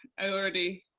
i already,